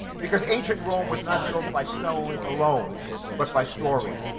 because ancient rome was not built by stone alone but by storying.